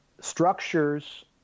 Structures